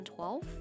2012